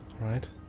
Right